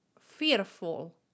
fearful